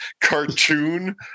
cartoon